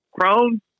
Crone